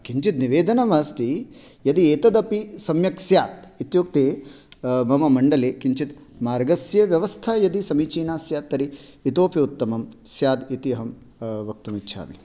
किञ्चित् निवेदनमस्ति यदि एतदपि सम्यक् स्यात् इत्युक्ते मम मण्डले किञ्चित् मार्गस्य व्यवस्था यदि समीचीना स्यात् तर्हि इतोऽपि उत्तमं स्यात् इति अहं वक्तुम् इच्छामि